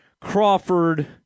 Crawford